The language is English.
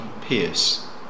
Pierce